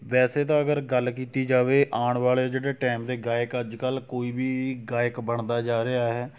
ਵੈਸੇ ਤਾਂ ਅਗਰ ਗੱਲ ਕੀਤੀ ਜਾਵੇ ਆਉਣ ਵਾਲੇ ਜਿਹੜੇ ਟਾਇਮ ਦੇ ਗਾਇਕ ਅੱਜ ਕੱਲ ਕੋਈ ਵੀ ਗਾਇਕ ਬਣਦਾ ਜਾ ਰਿਹਾ ਹੈ